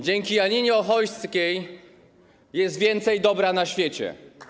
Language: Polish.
Dzięki Janinie Ochojskiej jest więcej dobra na świecie.